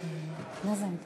מי מצביע?